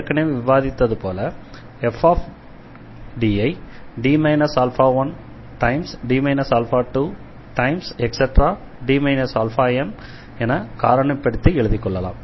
ஏற்கனவே விவாதித்தது போல fD ஐ D 1D 2⋯ என காரணிப்படுத்தி எழுதிக்கொள்ளலாம்